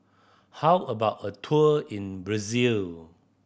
how about a tour in Brazil